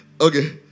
Okay